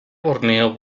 borneo